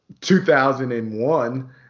2001